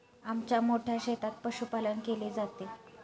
आमच्या मोठ्या शेतात पशुपालन केले जाते